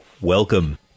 Welcome